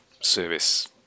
service